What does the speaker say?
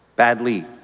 Badly